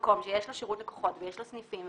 מקום שיש לו שירות לקוחות ויש לו סניפים,